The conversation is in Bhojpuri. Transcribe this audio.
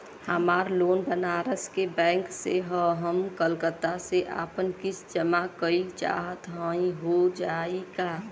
हमार लोन बनारस के बैंक से ह हम कलकत्ता से आपन किस्त जमा कइल चाहत हई हो जाई का?